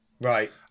Right